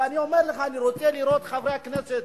ואני אומר לך: אני רוצה לראות חברי כנסת